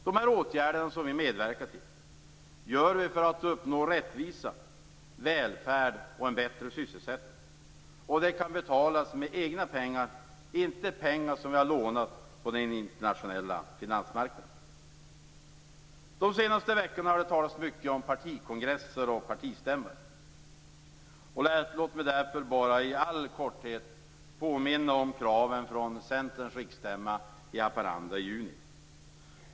Dessa åtgärder har vi medverkat till för att uppnå rättvisa, välfärd och en bättre sysselsättning. De kan betalas med egna pengar, inte med pengar som vi har lånat på den internationella finansmarknaden. De senaste veckorna har det talats mycket om partikongresser och partistämmor. Låt mig därför bara i all korthet påminna om kraven från Centerns riksstämma i Haparanda i juni.